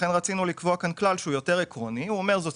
רצינו לקבוע כאן כלל יותר עקרוני שאומר שזאת